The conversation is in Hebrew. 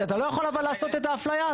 אתה לא יכול לבוא ולעשות את האפליה הזאת.